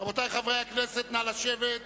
רבותי חברי הכנסת, נא לשבת.